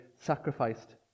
sacrificed